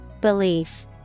Belief